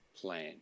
plan